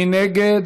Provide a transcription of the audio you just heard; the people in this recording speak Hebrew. מי נגד?